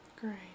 great